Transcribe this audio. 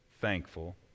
thankful